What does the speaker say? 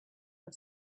for